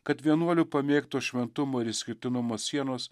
kad vienuolių pamėgto šventumo ir išskirtinumo sienos